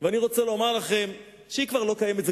ואני רוצה לומר לכם שהיא כבר לא קיימת.